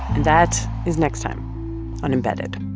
and that is next time on embedded